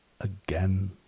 again